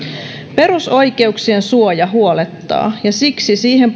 perusoikeuksien suoja huolettaa ja siksi siihen